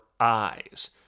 eyes